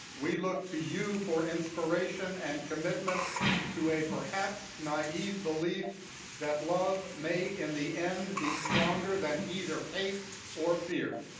we look to you for inspiration and commitment to a perhaps naive belief that love may in the end be stronger than either hate or fear.